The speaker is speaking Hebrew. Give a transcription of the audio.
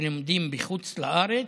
שלומדים בחוץ-לארץ,